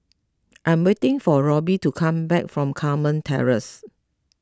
I'm waiting for Robby to come back from Carmen Terrace